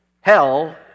Hell